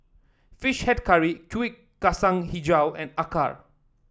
fish head curry Kuih Kacang hijau and Acar